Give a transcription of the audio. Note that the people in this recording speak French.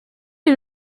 est